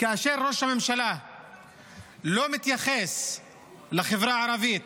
כאשר ראש הממשלה לא מתייחס לחברה הערבית,